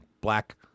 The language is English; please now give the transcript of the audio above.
Black